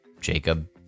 jacob